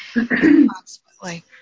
approximately